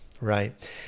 right